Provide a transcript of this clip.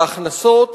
בהכנסות